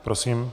Prosím.